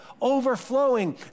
overflowing